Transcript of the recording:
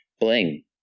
bling